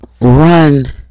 run